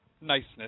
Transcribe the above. niceness